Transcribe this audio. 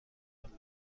ببندم